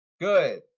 Good